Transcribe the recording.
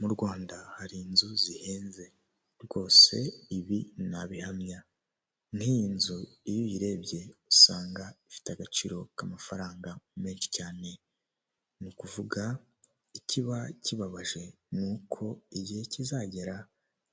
Mu rwanda hari inzu zihenze rwose ibi nabihamya, nk'iyi nzu iyo uyirebye usanga ifite agaciro k'amafaranga menshi cyane, ni ukuvuga ikiba kibabaje ni uko igihe kizagera